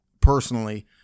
personally